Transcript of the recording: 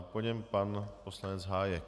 Po něm pan poslanec Hájek.